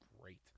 great